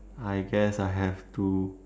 I guess I have to